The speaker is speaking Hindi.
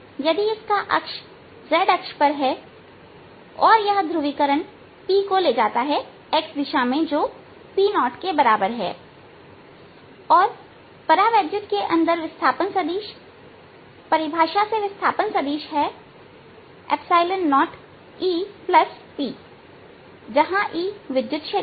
यदि इसका अक्ष z अक्ष पर है और यह ध्रुवीकरण P ले जाता है जो x दिशा में Poके बराबर है और परावैद्युत के अंदर विस्थापन सदिश परिभाषा से विस्थापन सदिश है 0EP जहां E विद्युत क्षेत्र है